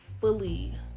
fully